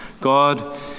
God